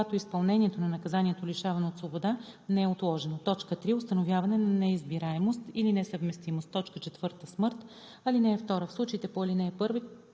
когато изпълнението на наказанието лишаване от свобода не е отложено; 3. установяване на неизбираемост или несъвместимост; 4. смърт. (2) В случаите по ал. 1,